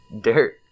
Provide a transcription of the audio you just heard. Dirt